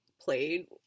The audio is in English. played